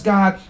God